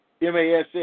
MASS